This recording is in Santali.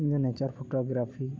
ᱤᱧ ᱫᱚ ᱱᱮᱪᱟᱨ ᱯᱷᱳᱴᱳ ᱜᱨᱟᱯᱷᱤ